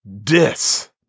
dis